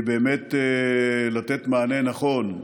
אם אפשר לומר, כדי באמת לתת מענה נכון,